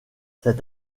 cet